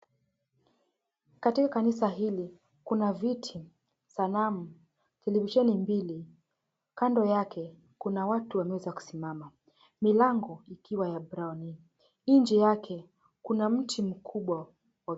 Katika kanisa hili kuna viti, sanamu, televisheni mbili. Kando yake kuna watu walioweza kusimama, milango ikiwa ya brauni. Nje yake kuna mti mkubwa wa.